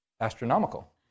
astronomical